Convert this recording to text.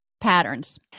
patterns